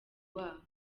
wabo